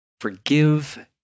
Forgive